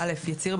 יצהיר,